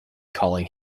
calling